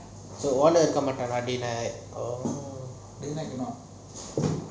owner இருக்க மாட்டாங்களா:iruka maatangala day night